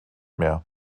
mehr